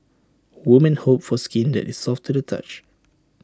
women hope for skin that is soft to the touch